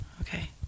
Okay